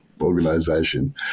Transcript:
organization